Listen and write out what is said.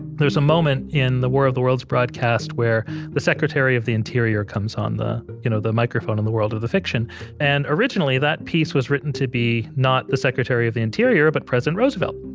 there's a moment in the war of the world's broadcast where the secretary of the interior comes on the you know the microphone on the world of the fiction and originally, that piece was written to be not the secretary of the interior, but president roosevelt.